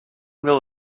will